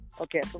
okay